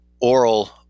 oral